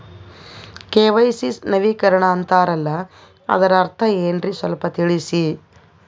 KYC ನವೀಕರಣ ಅಂತಾರಲ್ಲ ಅದರ ಅರ್ಥ ಏನ್ರಿ ಸ್ವಲ್ಪ ತಿಳಸಿ?